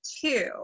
two